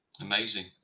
Amazing